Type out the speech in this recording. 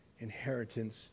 Inheritance